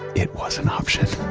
it was an option